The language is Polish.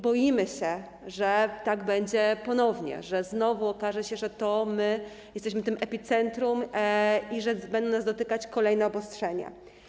Boimy się, że tak będzie ponownie, że znowu okaże się, że jesteśmy tym epicentrum, i że będą nas dotykać kolejne obostrzenia.